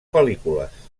pel·lícules